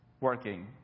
working